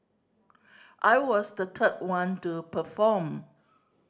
I was the third one to perform